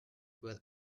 well